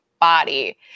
body